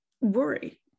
worry